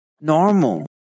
normal